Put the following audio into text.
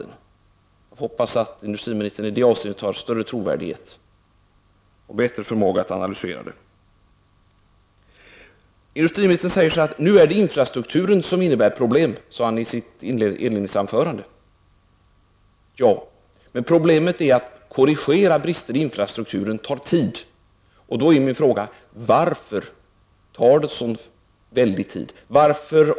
Jag hoppas att industriministern i det avseendet har större trovärdighet och bättre förmåga att analysera. Industriministern sade i sitt inledningsanförande att det nu är infrastrukturen som innebär problem. Ja, men problemet är att det tar tid att korrigera brister i infrastrukturen. Jag frågar då varför det tar så väldigt lång tid.